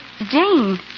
Jane